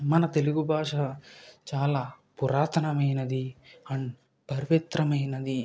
మన తెలుగు భాష చాలా పురాతనమైనది అండ్ పవిత్రమైనది